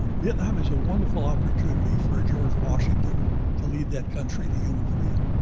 vietnam is a wonderful opportunity for a george washington to lead that country to human freedom.